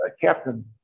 captain